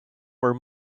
were